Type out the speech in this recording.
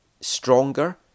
stronger